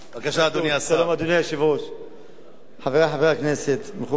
אדוני היושב-ראש, שלום, חברי חברי הכנסת, מכובדי